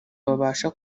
babasha